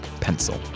pencil